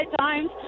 times